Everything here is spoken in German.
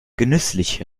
genüsslich